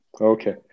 Okay